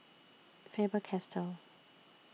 Faber Castell